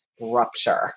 rupture